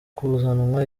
kuzanwa